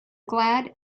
glad